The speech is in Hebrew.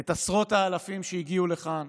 את עשרות האלפים שהגיעו לכאן,